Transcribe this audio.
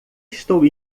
estou